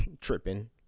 tripping